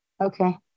Okay